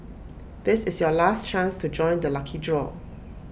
this is your last chance to join the lucky draw